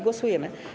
Głosujemy.